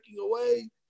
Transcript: away